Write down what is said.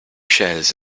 shares